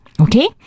Okay